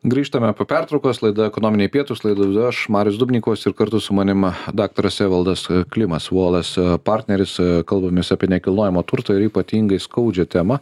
grįžtame po pertraukos laida ekonominiai pietūs laidą vedu aš marius dubnikovas ir kartu su manim daktaras evaldas klimas volas partneris kalbamės apie nekilnojamą turtą ir ypatingai skaudžią temą